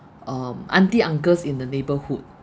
um auntie uncles in the neighbourhood